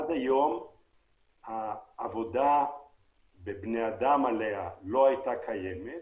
עד היום העבודה עליה בבני אדם לא הייתה קיימת,